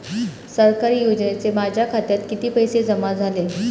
सरकारी योजनेचे माझ्या खात्यात किती पैसे जमा झाले?